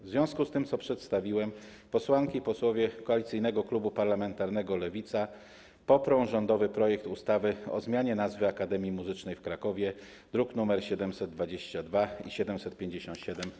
W związku z tym, co przedstawiłem, posłanki i posłowie Koalicyjnego Klubu Parlamentarnego Lewica poprą rządowy projekt ustawy o zmianie nazwy Akademii Muzycznej w Krakowie, druki nr 722 i 757.